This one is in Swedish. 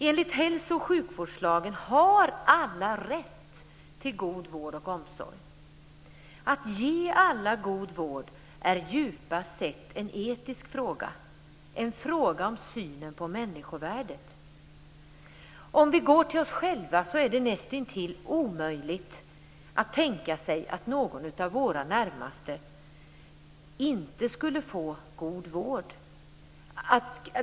Enligt hälso och sjukvårdslagen har alla rätt till god vård och omsorg. Att ge alla god vård är djupast sett en etisk fråga, en fråga om synen på människovärdet. Om vi går till oss själva så är det nästintill omöjligt att tänka sig att vi själva eller våra närmaste inte skulle få god vård.